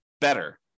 better